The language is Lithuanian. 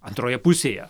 antroje pusėje